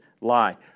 lie